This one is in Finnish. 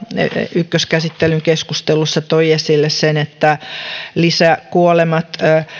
ykköskäsittelyn keskustelussa toi esille sen että lisäkuolemia